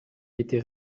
été